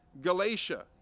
Galatia